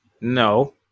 No